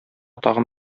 тагын